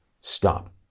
stop